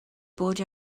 bod